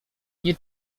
nie